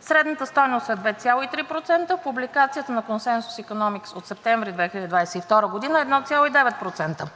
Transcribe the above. Средната стойност е 2,3%, публикацията на „Консенсус Икономикс“ от септември 2022 г. е 1,9%.